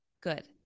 Good